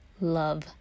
love